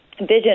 vision